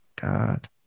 god